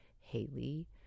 Haley